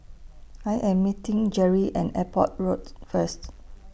I Am meeting Jeri At Airport Road First